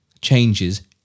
changes